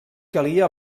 calia